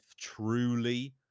truly